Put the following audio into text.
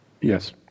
Yes